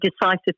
decisive